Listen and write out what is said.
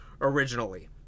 originally